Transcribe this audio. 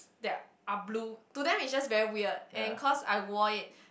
that are are blue to them is just very weird and cause I wore it